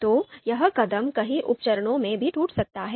तो यह कदम कई उप चरणों में भी टूट सकता है